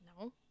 No